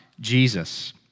Jesus